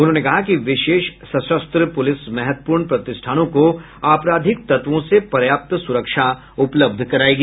उन्होंने कहा कि विशेष सशस्त्र पूलिस महत्वपूर्ण प्रतिष्ठानों को आपराधिक तत्वों से पर्याप्त सुरक्षा उपलब्ध कराएगी